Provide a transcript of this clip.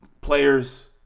players